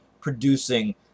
Producing